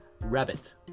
rabbit